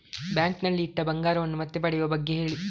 bank ನಲ್ಲಿ ಇಟ್ಟ ಬಂಗಾರವನ್ನು ಮತ್ತೆ ಪಡೆಯುವ ಬಗ್ಗೆ ಹೇಳಿ